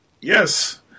Yes